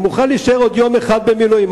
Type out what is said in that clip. אני מוכן להישאר עוד יום אחד במילואים,